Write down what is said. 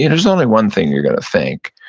yeah there's only one thing you're gonna think.